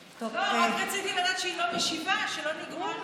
לא, רק רציתי לדעת שהיא לא משיבה, שלא נגמר הדיון.